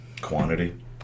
Quantity